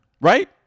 Right